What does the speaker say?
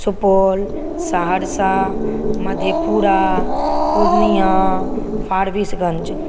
Supaul Saharsa Madhepura Purnia Forbesganj